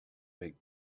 big